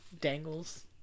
Dangles